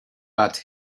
but